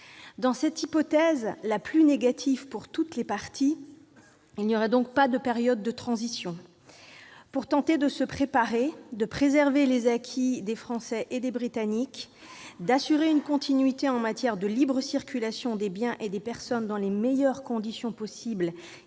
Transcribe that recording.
Dans cette hypothèse, la plus négative pour toutes les parties, il n'y aura donc pas de période de transition. Pour tenter de se préparer, de préserver les acquis des Français et des Britanniques, d'assurer une continuité en matière de libre circulation des biens et des personnes dans les meilleures conditions possible